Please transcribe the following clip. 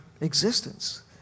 existence